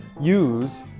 use